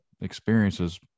experiences